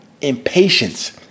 impatience